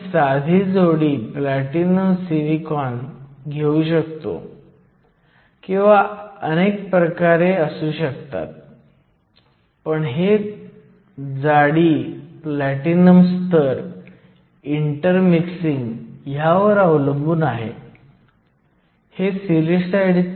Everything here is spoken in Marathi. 6 व्होल्ट आहे प्रश्न असेही म्हणतो की ni चे तापमान अवलंबवत्व इतर सर्व गोष्टींवर वर्चस्व गाजवते